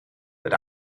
een